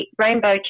rainbow